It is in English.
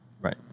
right